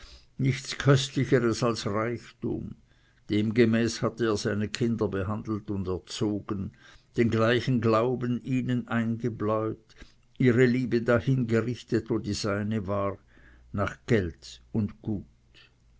nichts köstlicheres als reichtum demgemäß hatte er seine kinder behandelt und erzogen den gleichen glauben ihnen eingebläut ihre liebe dahin gerichtet wo die seine war nach geld und gut